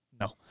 No